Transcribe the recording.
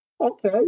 Okay